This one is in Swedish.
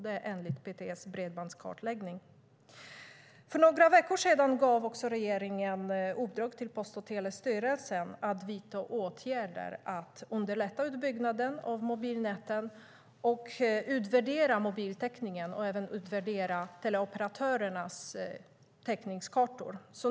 Det är enligt PTS bredbandskartläggning. För några veckor sedan gav också regeringen i uppdrag till Post och telestyrelsen att vidta åtgärder för att underlätta utbyggnaden av mobilnäten, utvärdera mobiltäckningen och även utvärdera teleoperatörernas täckningskartor.